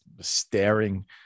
staring